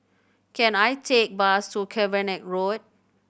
can I take a bus to Cavenagh Road